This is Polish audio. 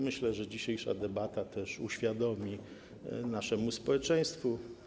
Myślę, że dzisiejsza debata uświadomi to naszemu społeczeństwu.